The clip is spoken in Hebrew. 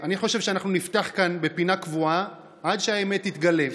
אני חושב שאנחנו נפתח כאן בפינה קבועה עד שהאמת תתגלה,